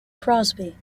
crosby